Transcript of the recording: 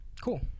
Cool